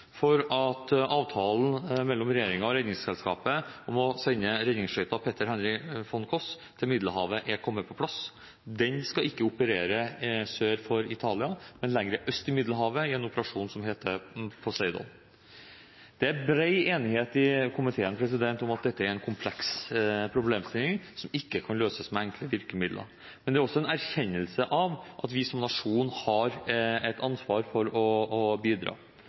for at avtalen mellom regjeringen og redningsselskapet om å sende redningsskipet «Peter Henry von Koss» til Middelhavet er kommet på plass. Det skal ikke operere sør for Italia, men lenger øst i Middelhavet, i en operasjon som heter Poseidon. Det er bred enighet i komiteen om at dette er en kompleks problemstilling, som ikke kan løses med enkle virkemidler. Men det er også en erkjennelse av at vi som nasjon har et ansvar for å bidra.